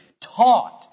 taught